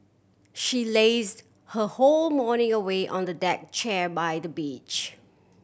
she lazed her whole morning away on the deck chair by the beach